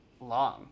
long